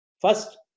First